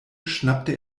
schnappte